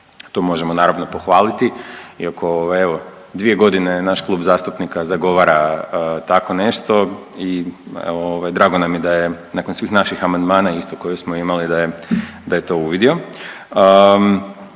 to možemo naravno pohvaliti iako evo, 2 godine naš klub zastupnika zagovara tako nešto i evo, drago nam je da je nakon svih naših amandmana isto koje smo imali da je to uvidio.